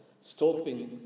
Stopping